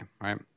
right